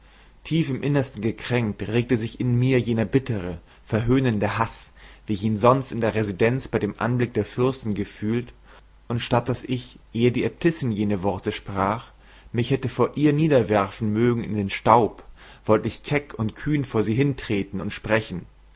tief im innersten gekränkt regte sich in mir jener bittere verhöhnende haß wie ich ihn sonst in der residenz bei dem anblick der fürstin gefühlt und statt daß ich ehe die äbtissin jene worte sprach mich hätte vor ihr niederwerfen mögen in den staub wollte ich keck und kühn vor sie hintreten und sprechen